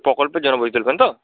প্রকল্পের জন্য বই তুলবেন তো